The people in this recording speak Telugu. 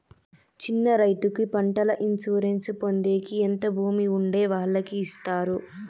చిన్న రైతుకు పంటల ఇన్సూరెన్సు పొందేకి ఎంత భూమి ఉండే వాళ్ళకి ఇస్తారు?